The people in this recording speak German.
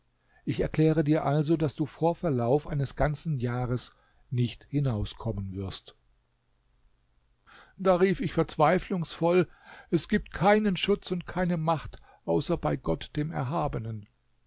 ich erkläre dir also daß du vor verlauf eines ganzen jahres nicht hinauskommen wirst da rief ich verzweiflungsvoll es gibt keinen schutz und keine macht außer bei gott dem erhabenen